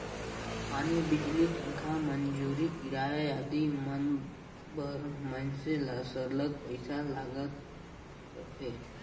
पानी, बिजली, तनखा, मंजूरी, किराया आदि मन बर मइनसे ल सरलग पइसा लागत रहथे